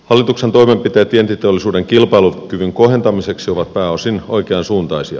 hallituksen toimenpiteet vientiteollisuuden kilpailukyvyn kohentamiseksi ovat pääosin oikeansuuntaisia